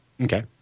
Okay